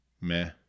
Meh